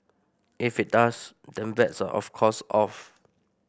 if it does then bets are of course off